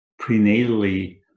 Prenatally